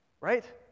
Right